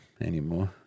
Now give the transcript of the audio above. anymore